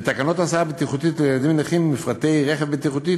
ותקנות הסעה בטיחותית לילדים נכים (מפרטי רכב בטיחותי),